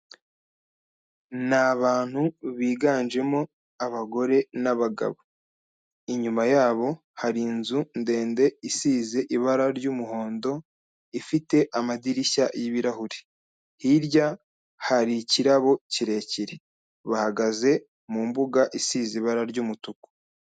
Ni abantu biganjemo abagore n'abagabo. Inyuma yabo, hari inzu ndende isize ibara ry'umuhondo, ifite amadirishya y'ibirahure. Hirya hari ikirabo kirekire. Bahagaze mu mbuga isize ibara ry'umutuku.